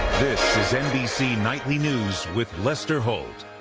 this is nbc nightly news with lester holt.